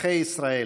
אזרחי ישראל.